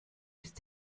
ist